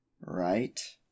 right